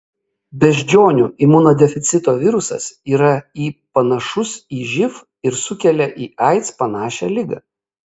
beždžionių imunodeficito virusas yra į panašus į živ ir sukelia į aids panašią ligą